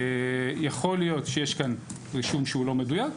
יכול להיות שיש כאן רישום שהוא לא מדויק.